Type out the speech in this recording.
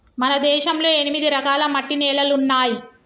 మన దేశంలో ఎనిమిది రకాల మట్టి నేలలున్నాయి